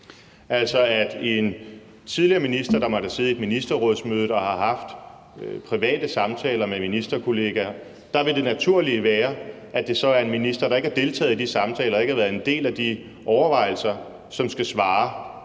altså hvad en tidligere minister, der måtte have siddet i et ministerrådsmøde og have haft private samtaler med ministerkollegaer, har oplevet. Vil det naturlige være, at det så er en minister, der ikke har deltaget i de samtaler og ikke har været en del af de overvejelser, som skal svare